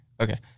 okay